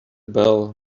bell